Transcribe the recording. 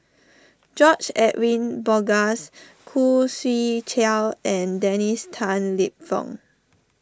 George Edwin Bogaars Khoo Swee Chiow and Dennis Tan Lip Fong